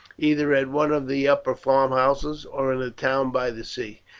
either at one of the upper farmhouses, or in a town by the sea.